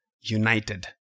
united